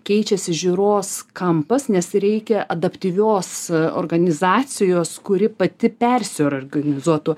keičiasi žiūros kampas nes reikia adaptyvios organizacijos kuri pati persiorganizuotų